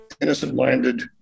innocent-minded